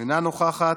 אינה נוכחת,